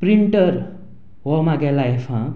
printer हो म्हज्या लायफांत